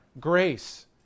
grace